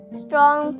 strong